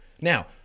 Now